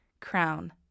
crown